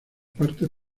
partes